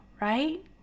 right